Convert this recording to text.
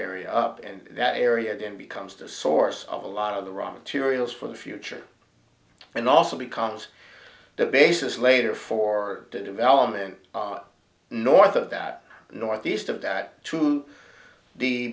area up and that area then becomes the source of a lot of the raw materials for the future and also becomes the basis later for development north of that northeast of that t